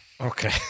Okay